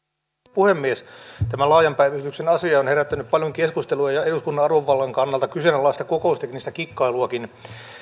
puhemies tämä laajan päivystyksen asia on herättänyt paljon keskustelua ja eduskunnan arvovallan kannalta kyseenlaista kokousteknistä kikkailuakin